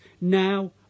now